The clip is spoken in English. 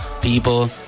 people